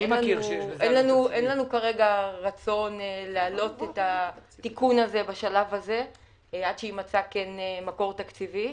אין לנו רצון להעלות את התיקון עד שיימצא מקור תקציבי.